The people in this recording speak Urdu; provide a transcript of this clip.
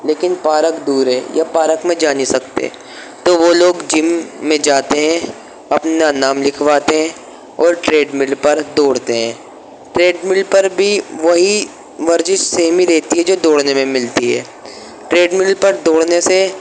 لیکن پارک دور ہے یا پارک میں جا نہیں سکتے تو وہ لوگ جم میں جاتے ہیں اپنا نام لکھواتے ہیں اور ٹریڈ مل پر دوڑتے ہیں ٹریڈ مل پر بھی وہی ورزش سیم ہی رہتی ہے جو دوڑنے میں ملتی ہے ٹریڈ مل پر دوڑنے سے